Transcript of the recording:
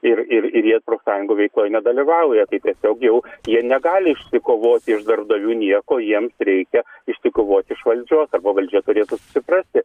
ir ir ir jie profsąjungų veikloj nedalyvauja tiesiog jau jie negali išsikovoti iš darbdavių nieko jiems reikia išsikovoti iš valdžios arba valdžia turėtų susiprasti